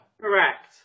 Correct